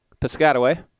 Piscataway